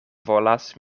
volas